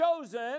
Chosen